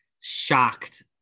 shocked